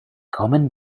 common